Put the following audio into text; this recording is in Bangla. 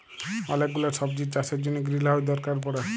ওলেক গুলা সবজির চাষের জনহ গ্রিলহাউজ দরকার পড়ে